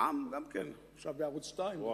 העם גם כן עכשיו בערוץ-2 ובערוץ-10,